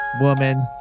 woman